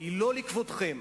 לא עד כדי